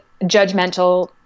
judgmental